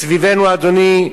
מסביבנו, אדוני,